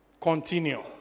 Continue